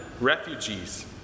refugees